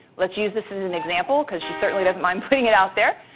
let's use this as an example because she certainly doesn't mind putting it out there.